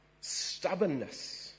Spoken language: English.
stubbornness